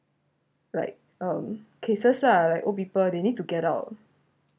like um cases lah like old people they need to get out